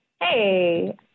hey